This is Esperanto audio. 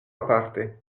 aparte